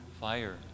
fire